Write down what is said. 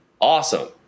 awesome